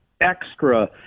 extra